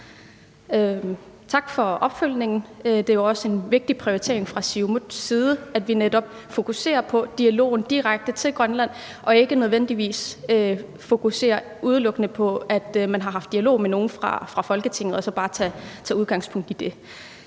Tak for opfølgningen. Det er jo også en vigtig prioritering fra Siumuts side, at vi netop fokuserer på dialogen direkte til Grønland og ikke nødvendigvis udelukkende fokuserer på, at man har haft dialog med nogle fra Folketinget, og så bare tager udgangspunkt i det.